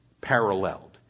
paralleled